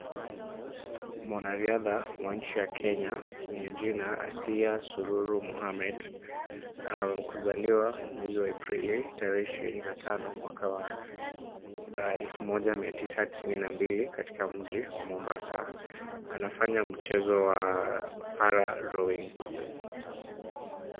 Mwanariadha wa nchi ya Kenya, wenye jina Asiya Sururu Mohamed, kuzaliwa mwezi wa Aprili tarehe 25 mwaka wa 1992, katika mji wa Mombasa. Anafanya mchezo wa para-rowing .